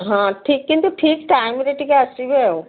ହଁ ଠିକ୍ କିନ୍ତୁ ଠିକ୍ ଟାଇମ୍ରେ ଟିକିଏ ଆସିବେ ଆଉ